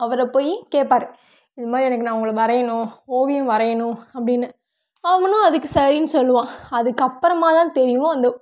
அவரை போய் கேப்பார் இந்தமாதிரி எனக்கு நான் உங்களை வரையணும் ஓவியம் வரையணும் அப்படின்னு அவனும் அதுக்கு சரின்னு சொல்வான் அதுக்கப்புறமா தான் தெரியும் அந்த